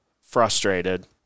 frustrated